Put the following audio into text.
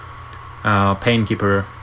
Painkeeper